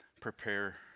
prepare